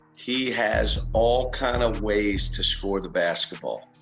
he has all kind of ways to score the basketball.